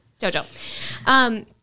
Jojo